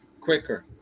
quicker